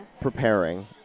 preparing